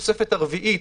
הרביעית,